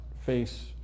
face